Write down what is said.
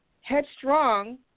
headstrong